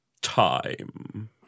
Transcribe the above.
Time